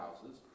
houses